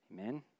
Amen